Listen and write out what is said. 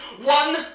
One